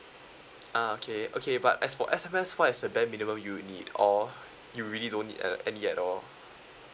ah okay okay but as for S_M_S what is the bare minimum you need or you really don't need uh any yet or